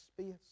space